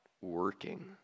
working